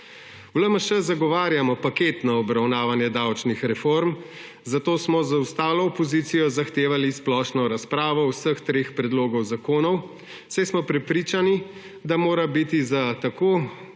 V LMŠ zagovarjamo paketno obravnavanje davčnih reform, zato smo z ostalo opozicijo zahtevali splošno razpravo o vseh treh predlogih zakonov, saj smo prepričani, da mora biti za tako